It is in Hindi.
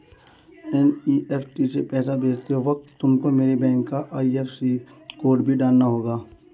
एन.ई.एफ.टी से पैसा भेजते वक्त तुमको मेरे बैंक का आई.एफ.एस.सी कोड भी डालना होगा